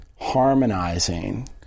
harmonizing